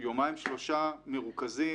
יומיים-שלושה מרוכזים.